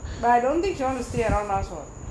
but don't think she want to stay around us all